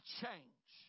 change